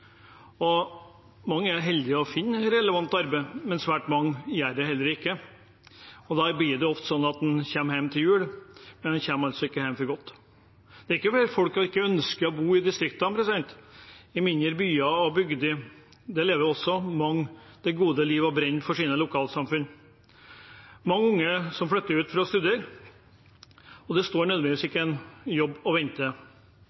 lokalsamfunn. Mange er heldige og finner relevant arbeid, men svært mange gjør det ikke. Da blir det ofte slik at en kommer hjem til jul, men en kommer altså ikke hjem for godt. Det er ikke bare det at folk ikke ønsker å bo i distriktene, i mindre byer og i bygder – der lever mange det gode liv og brenner for sitt lokalsamfunn. Det er mange unge som flytter ut for å studere, og det står nødvendigvis